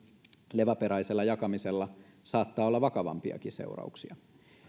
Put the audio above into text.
leväperäisellä jakamisella saattaa olla vakavampiakin seurauksia